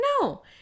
No